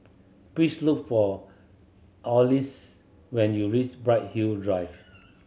please look for Alyce when you reach Bright Hill Drive